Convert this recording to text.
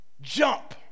jump